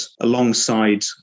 alongside